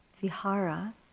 Vihara